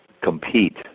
compete